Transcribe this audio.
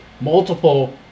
multiple